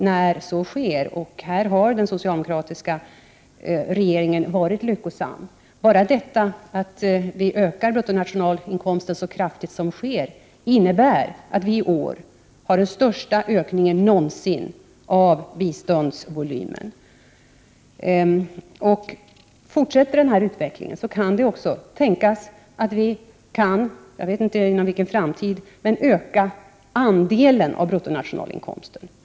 Och i fråga om detta har den socialdemokratiska regeringen varit lyckosam. Enbart det faktum att vi ökar bruttonationalinkomsten så kraftigt som sker innebär att vi i år har den största ökningen någonsin av biståndsvolymen. Om denna utveckling fortsätter kan det också tänkas att vi kan, jag vet emellertid inte när, öka biståndets andel av bruttonationalinkomsten.